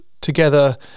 Together